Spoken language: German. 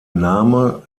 name